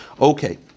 Okay